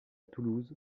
toulouse